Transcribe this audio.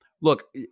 Look